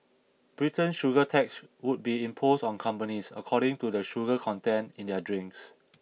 Britain's sugar tax would be imposed on companies according to the sugar content in their drinks